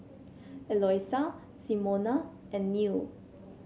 Eloisa Simona and Neal